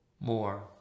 more